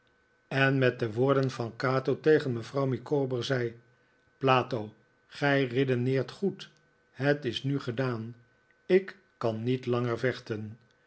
en met de woorden van cato tegen mevrouw micawber zei plato gij redeneert goed het is nu gedaan ik kan niet langer vechten